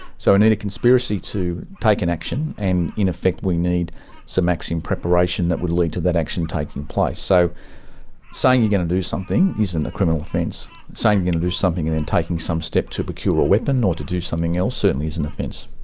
so we need a conspiracy to take an action and in effect we need some acts in preparation that would lead to that action taking place. so saying you're going to do something isn't a criminal offense, saying you're going to do something and then taking some step to procure a weapon or to do something else certainly is an offense.